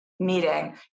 Meeting